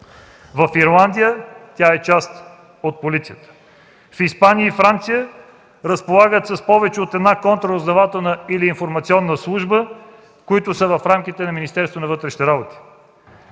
В Ирландия тя е част от полицията. В Испания и Франция – разполагат с повече от една контраразузнавателна или информационна служба, които са в рамките на Министерството на вътрешните работи.